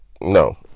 no